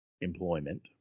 employment